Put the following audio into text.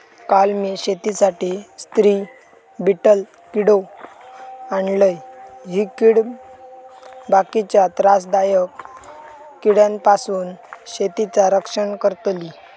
काल मी शेतीसाठी स्त्री बीटल किडो आणलय, ही कीड बाकीच्या त्रासदायक किड्यांपासून शेतीचा रक्षण करतली